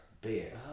beer